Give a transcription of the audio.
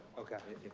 okay. we